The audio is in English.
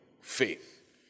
faith